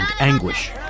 anguish